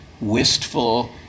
wistful